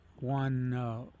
one